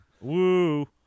Woo